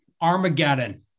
Armageddon